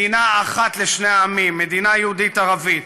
מדינה אחת לשני עמים, מדינה יהודית-ערבית.